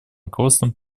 руководством